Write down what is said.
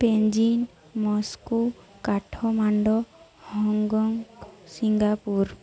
Beijing Moscow Kathmandu Hong Kong Singapore